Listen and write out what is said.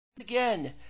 Again